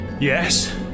Yes